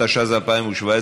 התשע"ז 2017,